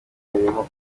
umurimo